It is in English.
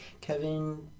Kevin